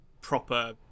proper